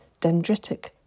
dendritic